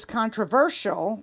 controversial